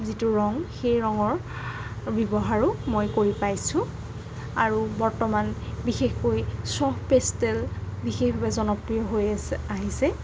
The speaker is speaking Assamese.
যিটো ৰং সেই ৰঙৰ ব্যৱহাৰো মই কৰি পাইছোঁ আৰু বৰ্তমান বিশেষকৈ চফ পেষ্টেল বিশেষভাৱে জনপ্ৰিয় হৈ আহিছে